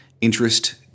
Interest